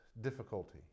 difficulty